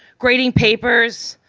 grading papers,